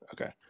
okay